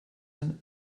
ein